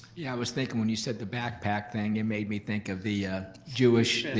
yeah, i was thinking when you said the backpack thing it made me think of the jewish, the the